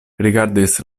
rigardis